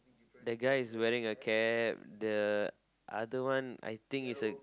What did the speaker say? that guy is wearing a cap the other one I think is a